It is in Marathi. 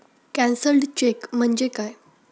कॅन्सल्ड चेक म्हणजे काय?